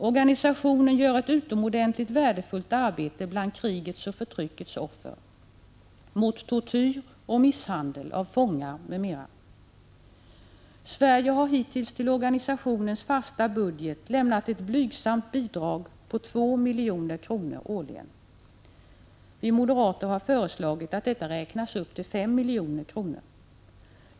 Organisationen gör ett utomordentligt värdefullt arbete bland krigets och förtryckets offer, mot tortyr och misshandel av fångar m.m. Sverige har hittills till organisationens fasta budget lämnat ett blygsamt bidrag på 2 milj.kr. årligen. Vi moderater har föreslagit att detta räknas upp till 5 milj.kr.